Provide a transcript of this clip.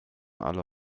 alle